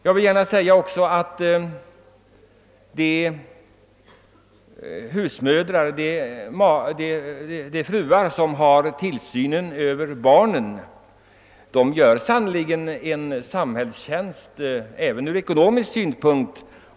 Jag vill också säga att de fruar som har tillsynen över barnen sannerligen gör en samhällstjänst av icke ringa betydelse även ur ekonomisk synpunkt.